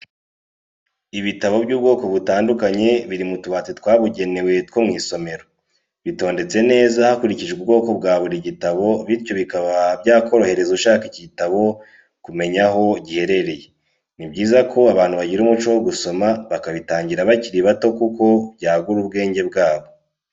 Ibitabo by'ubwoko butandukanye biri mu tubati twabugenewe two mu isomero, bitondetse neza hakurikijwe ubwo bwa buri gitabo bityo bikaba byakorohereza ushaka igitabo kumenya aho giherereye, ni byiza ko abantu bagira umuco wo gusoma bakabitangira bakiri bato kuko byagura ubwenge bwabo.